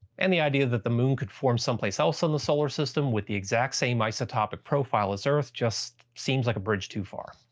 and the idea that the moon could form some place else in the solar system with the exact same isotopic profile is earth just seems like a bridge too far.